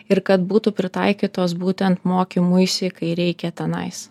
ir kad būtų pritaikytos būtent mokymuisi kai reikia tenais